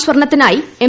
സ്വർണ്ണത്തിനായി M